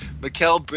Mikel